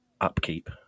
upkeep